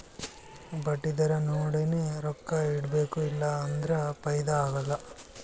ಬಡ್ಡಿ ದರಾ ನೋಡಿನೆ ರೊಕ್ಕಾ ಇಡಬೇಕು ಇಲ್ಲಾ ಅಂದುರ್ ಫೈದಾ ಆಗಲ್ಲ